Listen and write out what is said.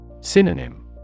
Synonym